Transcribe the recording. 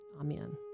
amen